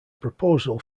proposal